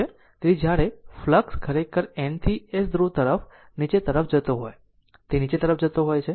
તેથી જ્યારે ફ્લક્ષ ખરેખર N થી S ધ્રુવ તરફ નીચે તરફ જતો હોય તે નીચે તરફ જતો હોય છે